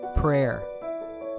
prayer